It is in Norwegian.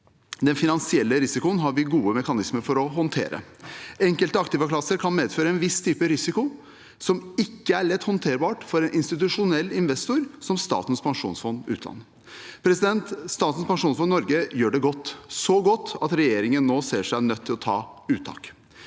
Den finansielle risikoen har vi gode mekanismer for å håndtere. Enkelte aktivaklasser kan medføre en viss type risiko som ikke er lett håndterbar for en institusjonell investor som Statens pensjonsfond utland. Statens pensjonsfond Norge gjør det godt – så godt at regjeringen nå ser seg nødt til å ta uttak.